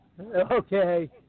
Okay